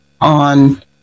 on